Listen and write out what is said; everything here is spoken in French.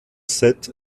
sept